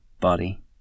body